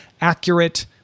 accurate